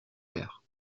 aires